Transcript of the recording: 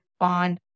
on